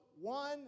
one